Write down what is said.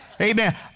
Amen